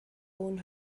own